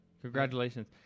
congratulations